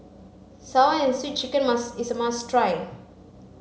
sour and sweet chicken must is a must try